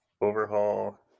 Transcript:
overhaul